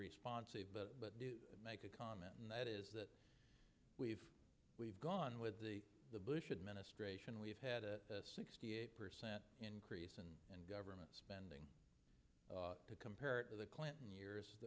responsible but make a comment and that is that we've we've gone with the the bush administration we've had a sixty eight percent increase and in government spending compared to the clinton years